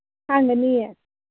ꯍꯥꯡꯒꯅꯤꯌꯦ